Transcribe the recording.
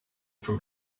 from